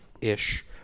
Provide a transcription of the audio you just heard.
ish